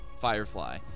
Firefly